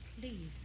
Please